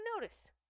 notice